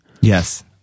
Yes